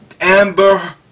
Amber